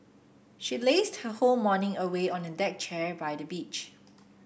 she lazed her whole morning away on a deck chair by the beach